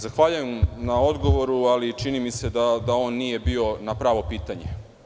Zahvaljujem na odgovoru, ali čini mi se da on nije bio na pravo pitanje.